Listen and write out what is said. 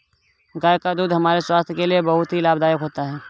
गाय का दूध हमारे स्वास्थ्य के लिए बहुत ही लाभदायक होता है